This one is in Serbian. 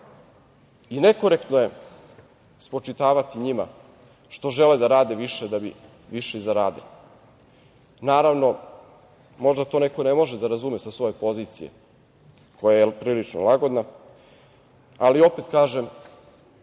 i nekorektno je spočitavati njima što žele da rade više da bi više zaradili. Naravno, možda to neko ne može da razume sa svoje pozicije, koja je prilično lagodna, ali opet kažem